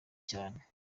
cyane